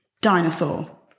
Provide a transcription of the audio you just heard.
dinosaur